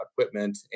equipment